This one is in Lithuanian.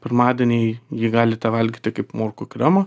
pirmadienį jį galite valgyti kaip morkų kremą